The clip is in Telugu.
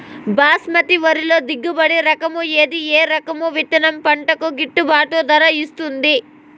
బాస్మతి వరిలో దిగుబడి రకము ఏది ఏ రకము విత్తనం పంటకు గిట్టుబాటు ధర ఇస్తుంది